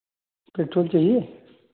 petrol चाहिए